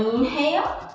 inhale,